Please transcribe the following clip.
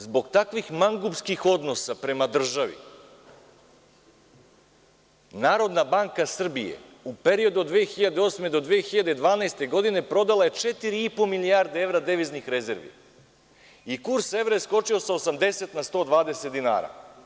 Zbog takvih mangupskih odnosa prema državi Narodna banka Srbije u periodu od 2008. do 2012. godine prodala je 4,5 milijarde evra deviznih rezervi i kurs evra je skočio sa 80 na 120 dinara.